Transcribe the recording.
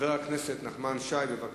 חבר הכנסת נחמן שי, בבקשה.